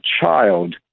child